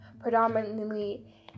predominantly